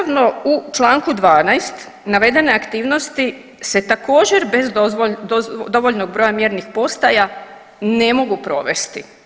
Nastavno u čl. 12 navedene aktivnosti se također, bez dovoljnog broja mjernih postaja ne mogu provesti.